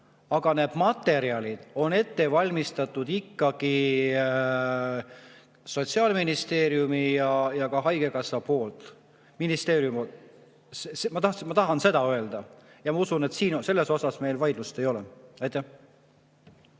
aga need materjalid on ette valmistatud ikkagi Sotsiaalministeeriumi ja ka haigekassa poolt. Ma tahan seda öelda ja ma usun, et selles osas meil vaidlust ei ole.